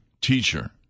teacher